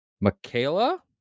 Michaela